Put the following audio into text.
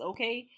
Okay